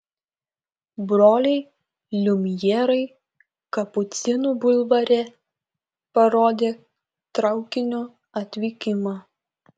broliai liumjerai kapucinų bulvare parodė traukinio atvykimą